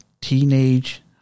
teenage